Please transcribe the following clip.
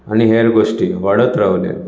आनी हेर गोष्टी वाडत रावल्यो